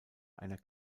einer